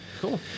Cool